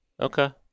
Okay